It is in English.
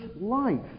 life